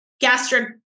gastric